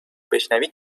بشنوید